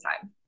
time